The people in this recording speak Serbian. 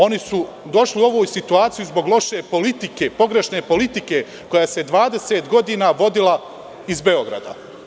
Oni su došli u ovu situaciju zbog loše politike, pogrešne politike koja se 20 godina vodila iz Beograda.